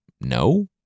no